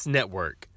Network